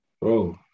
Bro